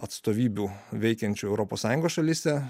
atstovybių veikiančių europos sąjungos šalyse